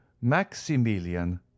maximilian